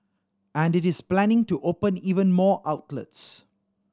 and it is planning to open even more outlets